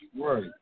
Right